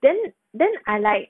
then then I like